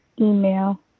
email